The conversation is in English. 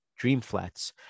Dreamflats